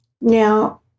now